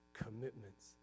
Commitments